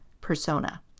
persona